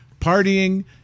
partying